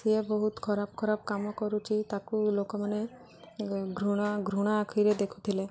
ସିଏ ବହୁତ ଖରାପ ଖରାପ କାମ କରୁଛି ତାକୁ ଲୋକମାନେ ଘୃଣା ଘୃଣା ଆଖିରେ ଦେଖୁଥିଲେ